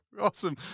Awesome